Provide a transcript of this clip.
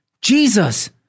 Jesus